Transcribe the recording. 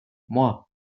moi